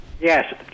Yes